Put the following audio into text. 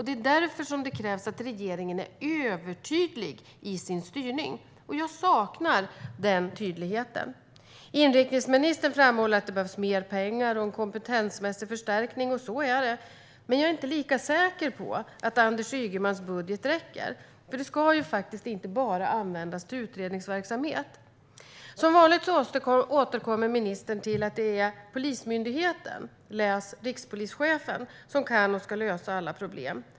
Det är därför som det krävs att regeringen är övertydlig i sin styrning. Jag saknar den tydligheten. Inrikesministern framhåller att det behövs mer pengar och en kompetensmässig förstärkning, och så är det. Men jag är inte lika säker på att Anders Ygemans budget räcker. För den ska ju faktiskt inte bara användas till utredningsverksamhet. Som vanligt återkommer ministern till att det är Polismyndigheten, läs rikspolischefen, som kan och ska lösa alla problem.